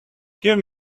give